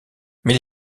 mais